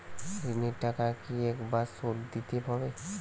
ঋণের টাকা কি একবার শোধ দিতে হবে?